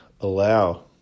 allow